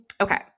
Okay